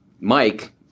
Mike